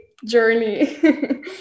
journey